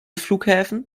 flughäfen